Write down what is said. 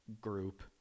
group